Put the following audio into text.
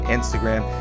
Instagram